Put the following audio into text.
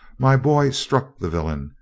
my boy struck the villain,